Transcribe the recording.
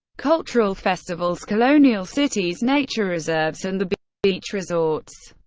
cultural festivals, colonial cities, nature reserves and the beach beach resorts.